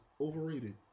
overrated